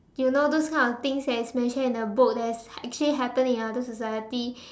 you know those kind of things that is mentioned in the book that is actually happen in other society